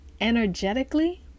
energetically